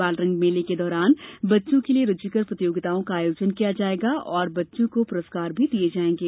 बालरंग मेले के दौरान बच्चों के लिए रूचिकर प्रतियोगिताओं का आयोजन किया जायेगा और बच्चों को पुरस्कार दिये जायेंगे